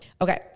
Okay